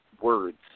words